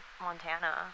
Montana